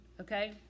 okay